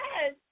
yes